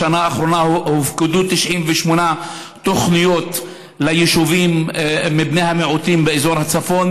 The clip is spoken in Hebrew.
בשנה האחרונה הופקדו 98 תוכניות ליישובי בני המיעוטים באזור הצפון.